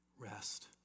Rest